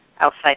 outside